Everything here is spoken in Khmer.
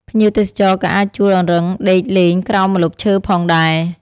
ភ្ញៀវទេសចរក៏អាចជួលអង្រឹងដេកលេងក្រោមម្លប់ឈើផងដែរ។